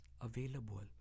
available